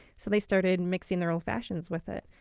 so they started and mixing their old fashioned with it.